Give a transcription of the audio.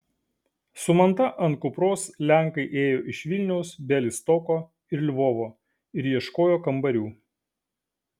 su manta ant kupros lenkai ėjo iš vilniaus bialystoko ir lvovo ir ieškojo kambarių